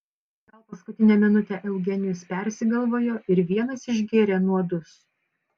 gal paskutinę minutę eugenijus persigalvojo ir vienas išgėrė nuodus